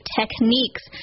techniques